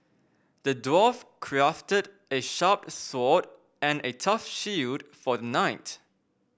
the dwarf crafted a sharp sword and a tough shield for the knight